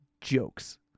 Jokes